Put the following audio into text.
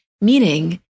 Meaning